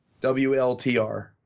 WLTR